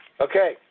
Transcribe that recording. Okay